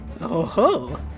Oh-ho